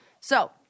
So-